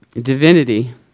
divinity